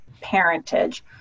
parentage